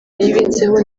yibitseho